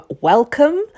welcome